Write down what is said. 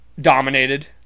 dominated